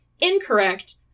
incorrect